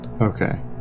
Okay